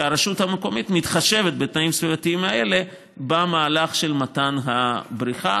והרשות המקומית מתחשבת בתנאים הסביבתיים האלה במהלך של מתן האישור,